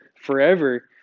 forever